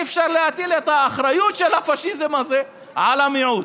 אי-אפשר להטיל את האחריות בפשיזם הזה על המיעוט.